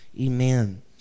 Amen